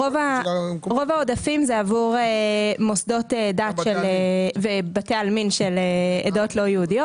רוב העודפים הם עבור מוסדות ובתי עלמין של עדות לא יהודיות,